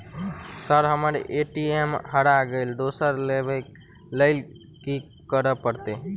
Sir हम्मर ATM हरा गइलए दोसर लईलैल की करऽ परतै?